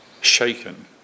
shaken